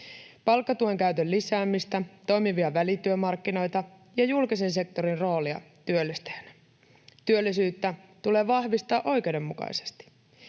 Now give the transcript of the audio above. palkkatuen käytön lisäämistä, toimivia välityömarkkinoita ja julkisen sektorin roolia työllistäjänä. Työllisyyttä tulee vahvistaa oikeudenmukaisesti.